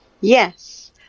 Yes